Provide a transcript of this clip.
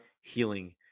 healing